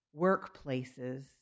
workplaces